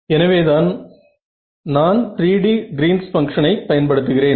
எனவேதான் நான் 3D greens பங்ஷனை Greens function பயன்படுத்துகிறேன்